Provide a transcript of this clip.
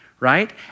right